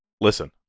Listen